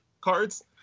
cards